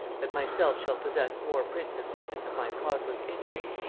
that myself shall possess more princes witness of my causeless injuries,